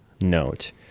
note